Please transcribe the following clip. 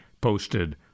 posted